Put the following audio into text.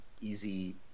easy